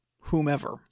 whomever